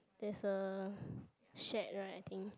there's a shed right I think